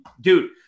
dude